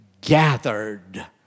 gathered